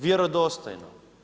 Vjerodostojno.